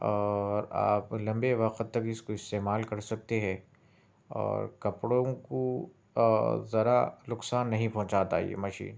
اور آپ لمبے وقت تک اس کو استعمال کر سکتے ہے اور کپڑوں کو ذرا نقصان نہیں پہنچاتا یہ مشین